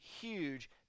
huge